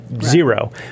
zero